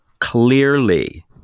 clearly